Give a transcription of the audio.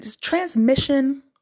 Transmission